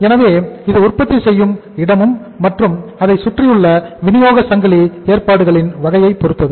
எனவே இது உற்பத்தி செய்யும் இடமும் மற்றும் அதை சுற்றியுள்ள விநியோக சங்கிலி ஏற்பாடுகளின் வகையை பொருத்தது